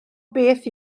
beth